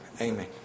amen